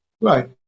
right